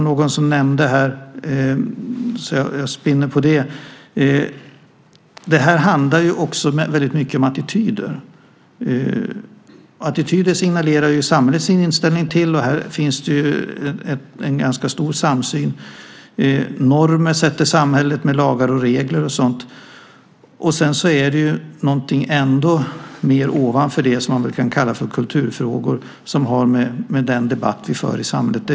Någon nämnde att det väldigt mycket handlar om attityder. Samhället signalerar ju sin inställning till attityder, och här finns det en ganska stor samsyn. Samhället skapar normer genom att sätta upp lagar och regler, och sedan finns det något ytterligare, så att säga ovanför allt detta, som vi väl kan kalla för kulturfrågor, sådant som har att göra med den debatt vi för i samhället.